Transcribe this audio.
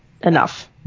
enough